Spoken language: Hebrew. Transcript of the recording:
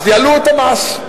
יעלו את המס.